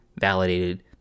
validated